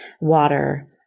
water